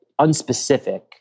unspecific